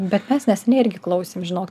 bet mes neseniai irgi klausėm žinok